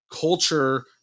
culture